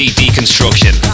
deconstruction